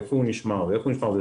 איפה הוא נשמר ואיך הוא נשמר.